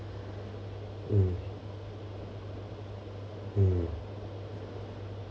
mm hmm